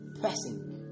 pressing